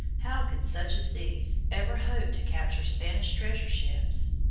how could such as these ever hope to capture spanish treasure-ships?